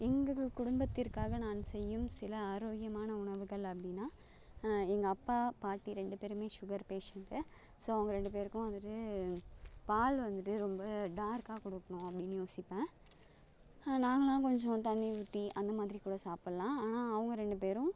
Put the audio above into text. எங்கள் குடும்பத்திற்காக நான் செய்யும் சில ஆரோக்கியமான உணவுகள் அப்படின்னா அ எங்கள் அப்பா பாட்டி ரெண்டு பேருமே சுகர் பேஷண்ட்டு ஸோ அவங்கள் ரெண்டு பேருக்கும் வந்துட்டு பால் வந்துட்டு ரொம்ப டார்க்காக கொடுக்கணும் அப்படின்னு யோசிப்பேன் நாங்கெல்லாம் கொஞ்சம் தண்ணி ஊற்றி அந்த மாதிரி கூட சாப்பிட்லாம் ஆனால் அவங்க ரெண்டு பேரும்